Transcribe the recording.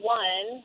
one